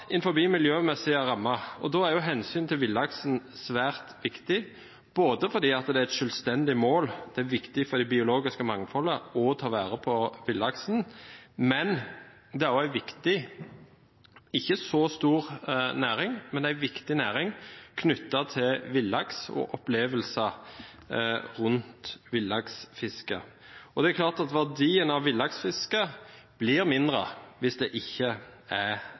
og at en blir mer profesjonell og lærer underveis, er en selvfølge. Næringen må vokse innenfor miljømessige rammer. Da er hensynet til villaksen svært viktig fordi det er et selvstendig mål – det er viktig for det biologiske mangfoldet – å ta vare på villaksen. Det er ikke en så stor næring, men det er en viktig næring knyttet til villaks og opplevelser rundt villaksfiske. Det er klart at verdien av villaksfiske blir mindre